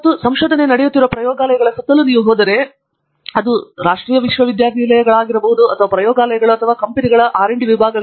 ಮತ್ತು ಸಂಶೋಧನೆ ನಡೆಯುತ್ತಿರುವ ಪ್ರಯೋಗಾಲಯಗಳ ಸುತ್ತಲೂ ನೀವು ಹೋದರೆ ಅದು ವಿಶ್ವವಿದ್ಯಾನಿಲಯಗಳು ಅಥವಾ ರಾಷ್ಟ್ರೀಯ ಪ್ರಯೋಗಾಲಯಗಳು ಅಥವಾ ಕಂಪನಿಗಳ ಸಂಶೋಧನಾ ವಿಭಾಗಗಳು